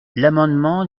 l’amendement